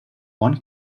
one